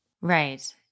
Right